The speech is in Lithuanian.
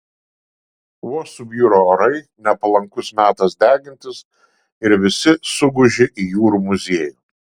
vos subjuro orai nepalankus metas degintis ir visi suguži į jūrų muziejų